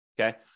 Okay